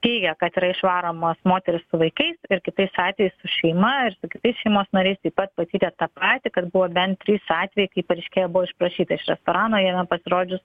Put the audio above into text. teigia kad yra išvaromos moterys su vaikais ir kitais atvejais su šeima ir su tiktais šeimos nariais taip pat patyrė tą patį kad buvo bent trys atvejai kai paaiškėja buvo išprašyta iš restorano jame pasirodžius